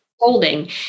holding